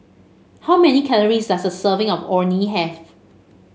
how many calories does a serving of Orh Nee have